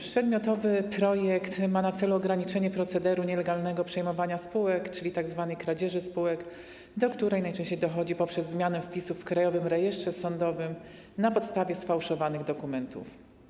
Przedmiotowy projekt ma na celu ograniczenie procederu nielegalnego przejmowania spółek, czyli tzw. kradzieży spółek, do której najczęściej dochodzi poprzez zmianę wpisu w Krajowym Rejestrze Sądowym na podstawie sfałszowanych dokumentów.